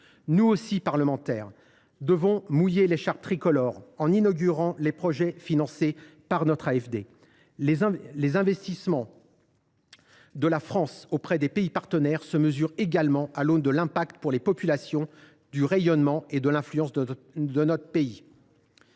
Nous aussi, parlementaires, devons mouiller l’écharpe tricolore en inaugurant les projets financés par l’AFD ! Les investissements de la France auprès de nos partenaires se mesurent également à l’aune de leur effet sur les populations, ainsi que du rayonnement et de l’influence de notre pays.